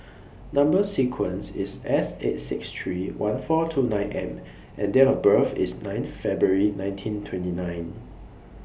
Number sequence IS S eight six three one four two nine M and Date of birth IS nine February nineteen twenty nine